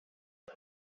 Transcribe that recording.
les